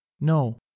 No